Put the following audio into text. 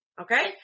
Okay